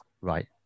Right